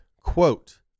quote